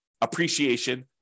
appreciation